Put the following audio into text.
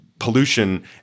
Pollution